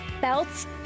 belts